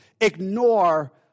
ignore